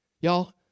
Y'all